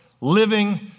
Living